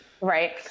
right